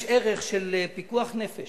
יש ערך של פיקוח נפש,